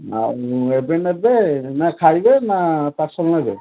ଆଉ ଏବେ ନେବେ ନା ଖାଇବେ ନା ପାର୍ସଲ୍ ନେବେ